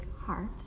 heart